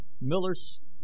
Miller's